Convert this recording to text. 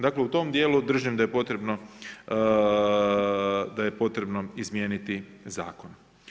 Dakle, u tom dijelu držim da je potrebno izmijeniti zakon.